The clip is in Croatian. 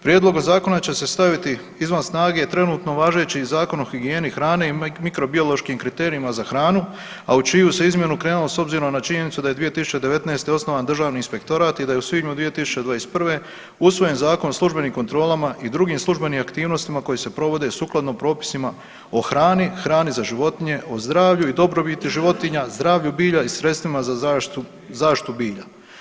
Prijedlogom zakona će se staviti izvan snage i trenutno važeći Zakon o higijeni hrane i mikrobiološkim kriterijima za hranu, a u čiju izmjenu se krenulo s obzirom na činjenicu da je 2019. osnovan Državni inspektorat i da je u svibnju 2021. usvojen Zakon o službenim kontrolama i drugim službenim aktivnostima koji se provode sukladno propisima o hrani, hrani za životinje, o zdravlju i dobrobiti životinja, zdravlju bilja i sredstvima za zaštitu bilja.